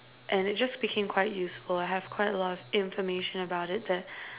and it just became quite useful and I have quite a lot of information about it that